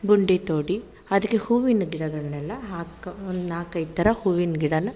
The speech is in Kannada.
ಗುಂಡಿ ತೋಡಿ ಅದಕ್ಕೆ ಹೂವಿನ ಗಿಡಗಳನ್ನೆಲ್ಲ ಹಾಕಿ ಒಂದು ನಾಲ್ಕೈದು ಥರ ಹೂವಿನ ಗಿಡನ